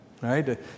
right